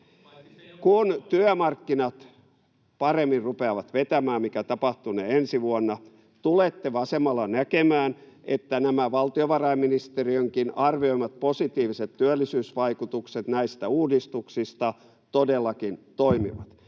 Kun työmarkkinat paremmin rupeavat vetämään, mikä tapahtunee ensi vuonna, tulette vasemmalla näkemään, että nämä valtiovarainministeriönkin arvioimat positiiviset työllisyysvaikutukset näistä uudistuksista todellakin toimivat.